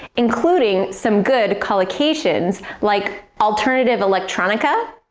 including some good collocations like alternative electronica,